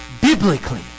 biblically